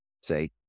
say